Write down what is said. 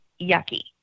yucky